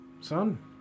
son